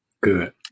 good